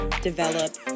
develop